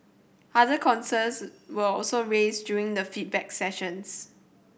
other concerns were also raised during the feedback sessions